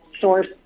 source